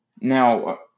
Now